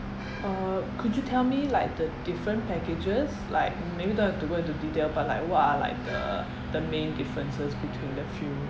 uh could you tell me like the different packages like maybe don't have to go into detail but like what are like the the main differences between the few